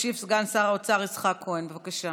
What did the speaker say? ישיב סגן שר האוצר יצחק כהן, בבקשה.